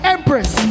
Empress